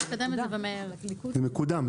זה מקודם.